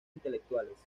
intelectuales